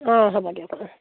অ' হ'ব দিয়ক অ'